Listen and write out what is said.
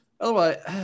otherwise